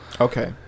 Okay